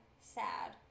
Sad